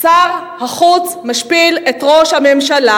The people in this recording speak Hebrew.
שר החוץ משפיל את ראש הממשלה.